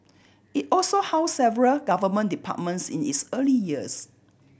it also housed several Government departments in its early years